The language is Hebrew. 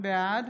בעד